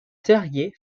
terrier